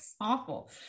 Awful